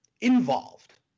involved